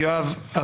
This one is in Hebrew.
יואב,